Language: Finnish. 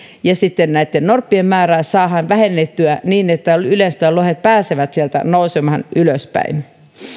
ja sitten näitten norppien määrää saadaan vähennettyä niin että yleensä ottaen lohet pääsevät sieltä nousemaan ylöspäin